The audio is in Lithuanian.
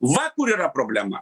va kur yra problema